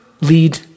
lead